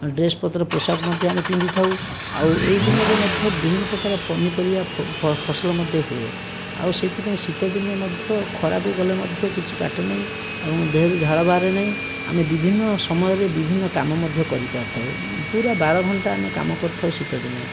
ଡ୍ରେସ୍ପତ୍ର ପୋଷାକ ମଧ୍ୟ ପିନ୍ଧିଥାଉ ଆଉ ଏଇଦିନରେ ମଧ୍ୟ ବିଭିନ୍ନପ୍ରକାର ପନିପରିବା ଫସଲ ମଧ୍ୟ ହୁଏ ଆଉ ସେଥିପାଇଁ ଶୀତଦିନେ ମଧ୍ୟ ଖରାକୁ ଗଲେ ମଧ୍ୟ କିଛି କାଟେନାହିଁ ଏବଂ ଦେହରୁ ଝାଳ ବାହାରେ ନାହିଁ ଆମେ ବିଭିନ୍ନ ସମୟରେ ବିଭିନ୍ନ କାମ ମଧ୍ୟ କରିପାରିଥାଉ ପୁରା ବାରଘଣ୍ଟା ଆମେ କାମ କରିଥାଉ ଶୀତଦିନେ